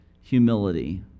humility